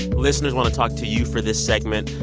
listeners, want to talk to you for this segment.